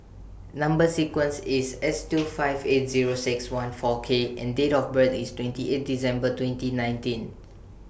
Number sequence IS S two five eight Zero six one four K and Date of birth IS twenty eight December twenty nineteen